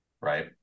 Right